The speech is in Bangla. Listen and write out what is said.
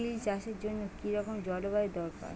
তিল চাষের জন্য কি রকম জলবায়ু দরকার?